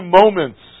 moments